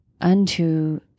unto